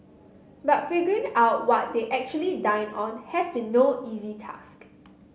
but figuring out what they actually dined on has been no easy task